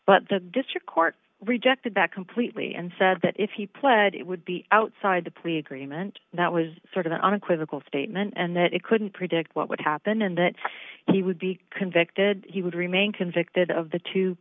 but the district court rejected that completely and said that if he pled it would be outside the plea agreement that was sort of an unequivocal statement and that it couldn't predict what would happen and that he would be convicted he would remain convicted of the two